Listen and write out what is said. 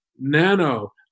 nano